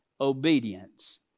obedience